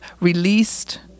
released